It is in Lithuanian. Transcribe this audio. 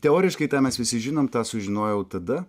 teoriškai tą mes visi žinom tą sužinojau tada